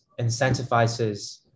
incentivizes